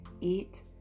eat